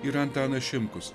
yra antanas šimkus